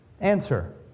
Answer